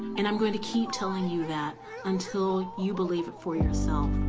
and i'm going to keep telling you that until you believe it for yourself.